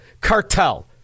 cartel